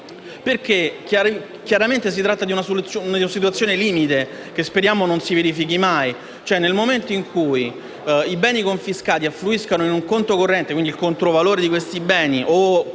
tratta chiaramente di una situazione limite che speriamo non si verifichi mai: nel momento in cui i beni confiscati affluiscono in un conto corrente (quindi il controvalore di questi beni), o conti